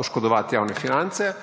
oškodovati javne finance.